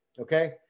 Okay